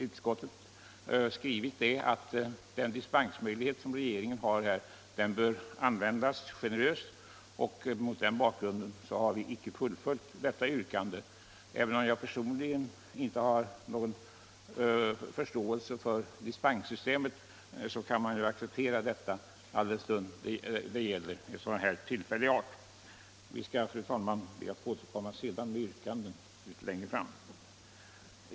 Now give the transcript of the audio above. Utskottet har emellertid skrivit att den dispensmöjlighet som regeringen har bör tillämpas generöst, och mot den bakgrunden har vi inte fullföljt yrkandet. Även om jag personligen inte har någon förståelse för dispenssystemet kan jag acceptera detta förfarande alldenstund det här gäller dispens av tillfällig art. Vi skall, fru talman, återkomma med yrkanden litet längre fram.